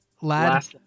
Lad